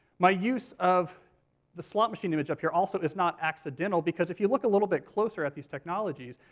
my use of the slot machine image up here also is not accidental because if you look a little bit closer at these technologies,